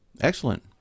Excellent